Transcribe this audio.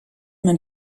man